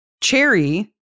cherry